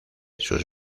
sus